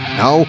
no